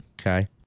Okay